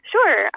Sure